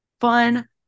fun